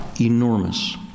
enormous